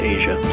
Asia